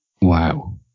Wow